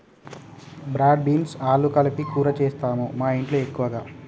broad beans ఆలు కలిపి కూర చేస్తాము మాఇంట్లో ఎక్కువగా